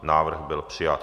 Návrh byl přijat.